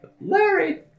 Larry